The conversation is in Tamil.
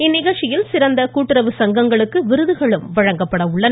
இந்நிகழ்ச்சியில் சிறந்த கூட்டுறவு சங்கங்களுக்கு விருதுகளும் வழங்கப்பட உள்ளன